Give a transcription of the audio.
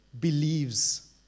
believes